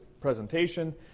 presentation